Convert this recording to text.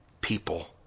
people